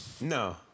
No